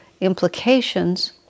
implications